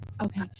Okay